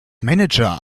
manager